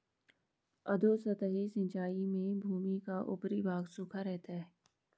अधोसतही सिंचाई में भूमि का ऊपरी भाग सूखा रहता है